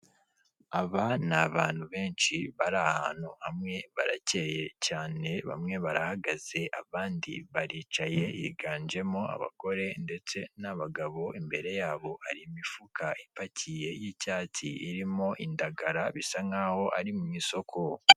Aba ni abantu benshi bari ahantu hamwe, barakeye cyane, bamwe barahagaze, abandi baricaye higanjemo abagore ndetse n'abagabo, imbere yabo ari imifuka ipakiye y'icyatsi, irimo indagara bisa nk'aho ari mu isoko.